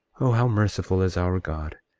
oh, how merciful is our god!